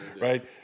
right